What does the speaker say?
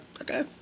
okay